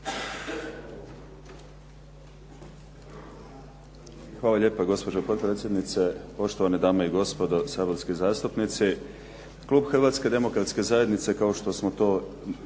Hvala lijepo gospođo potpredsjednice. Poštovane dame i gospodo saborski zastupnici. Klub Hrvatske demokratske zajednice kao što smo to